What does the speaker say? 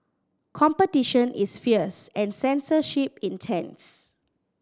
competition is fierce and censorship intense